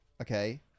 okay